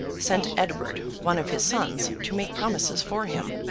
sent edward, one of his sons, to make promises for him.